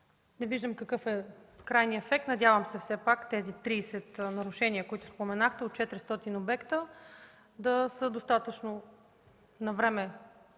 не виждам какъв е крайният ефект от тази проверка. Надявам се все пак тези 30 нарушения, които споменахте от 400 обекта, да са достатъчно навреме